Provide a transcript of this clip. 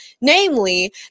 namely